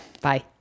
Bye